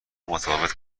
متفاوت